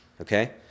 okay